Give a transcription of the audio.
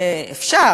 אפשר,